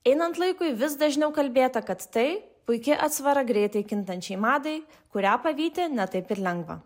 einant laikui vis dažniau kalbėta kad tai puiki atsvara greitai kintančiai madai kurią pavyti ne taip ir lengva